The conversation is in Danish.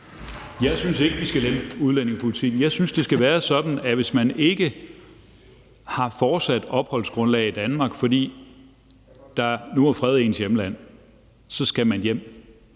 Jeg synes ikke, vi skal lempe udlændingepolitikken. Jeg synes, det skal grundlæggende være sådan, at hvis man ikke har fortsat opholdsgrundlag i Danmark, fordi der nu er fred i ens hjemland, så skal man hjem.